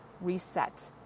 reset